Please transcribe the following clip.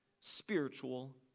spiritual